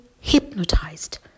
hypnotized